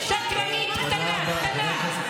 תודה רבה.